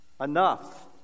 enough